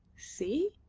see?